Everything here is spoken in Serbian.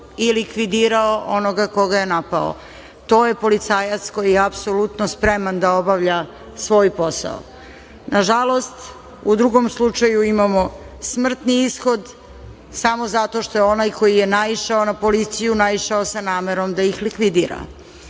i likvidirao onoga ko ga je napao. To je policajac koji je apsolutno spreman da obavlja svoj posao. Na žalost u drugom slučaju imamo smrtni ishod, samo zato što je onaj koji je naišao na policiju naišao sa namerom da ih likvidira. Nemojmo